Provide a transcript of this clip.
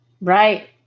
right